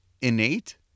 innate